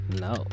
No